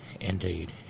indeed